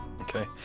okay